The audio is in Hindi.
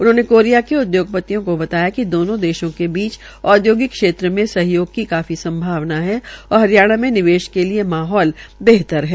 उन्होंने कोरिया के उद्योगपतियों को बताया कि दोनों ेदेशों के बीच औदयोगिक क्षेत्र में सहयोग की काफी संभावना है और हरियाणा मे निवेश के लिये माहौल बेहतर है